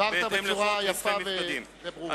הבהרת בצורה יפה וברורה.